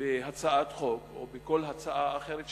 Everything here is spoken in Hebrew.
בהצעת חוק או בכל הצעה אחרת שתבוא,